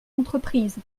entreprises